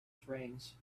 trains